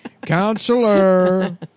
Counselor